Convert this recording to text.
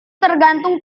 tergantung